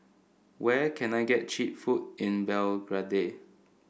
where can I get cheap food in Belgrade